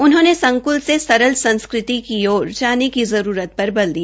उन्होंने संकृल से सरल संस्कृति की ओर जाने की जरूरत पर बल दिया